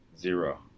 zero